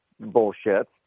bullshit